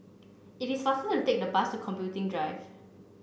it is faster to take the bus Computing Drive